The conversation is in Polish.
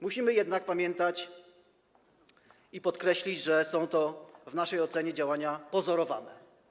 Musimy jednak pamiętać i podkreślić, że w naszej ocenie to są działania pozorowane.